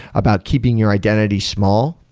about keeping your identity small,